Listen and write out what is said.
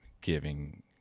giving